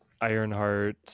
Ironheart